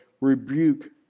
rebuke